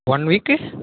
one week